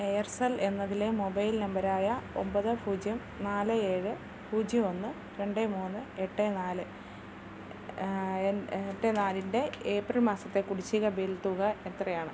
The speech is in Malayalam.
എയർസെൽ എന്നതിലെ മൊബൈൽ നമ്പറായ ഒൻപത് പൂജ്യം നാല് ഏഴ് പൂജ്യം ഒന്ന് രണ്ട് മൂന്ന് എട്ട് നാല് എട്ട് നാലിൻ്റെ ഏപ്രിൽ മാസത്തെ കുടിശ്ശിക ബിൽ തുക എത്രയാണ്